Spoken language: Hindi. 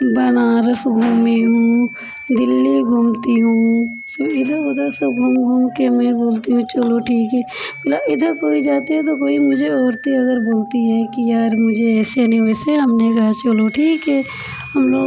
बनारस घूमी हूँ दिल्ली घूमती हूँ सब इधर उधर सब घूम घूम के मैं बोलती हूँ चलो ठीक है फिलहाल इधर कोई जाते हैं तो कोई मुझे औरतें अगर बोलती हैं कि यार मुझे ऐसे नहीं वैसे हमने कहा चलो ठीक है हम लोग